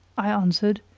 i answered,